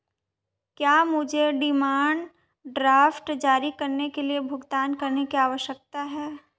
क्या मुझे demand draft जारी करने के लिए भुगतान करने की आवश्यकता है?